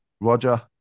Roger